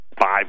five